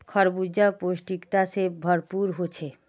खरबूजा पौष्टिकता से भरपूर होछे